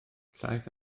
llaeth